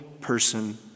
person